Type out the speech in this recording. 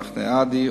מחנה עדי,